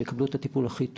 ושיקבלו את הטיפול הכי טוב.